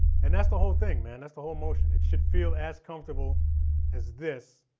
and that's the whole thing, man. that's the whole motion. it should feel as comfortable as this,